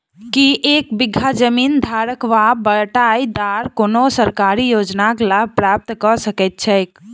की एक बीघा जमीन धारक वा बटाईदार कोनों सरकारी योजनाक लाभ प्राप्त कऽ सकैत छैक?